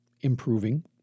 improving